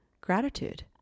gratitude